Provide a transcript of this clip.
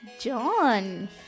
John